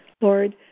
Lord